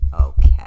Okay